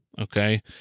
Okay